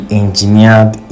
engineered